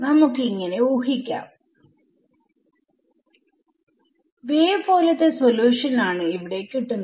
നമുക്ക് ഇങ്ങനെ ഊഹിക്കാം വേവ് പോലത്തെ സൊല്യൂഷൻ ആണ് ഇവിടെ കിട്ടുന്നത്